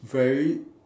very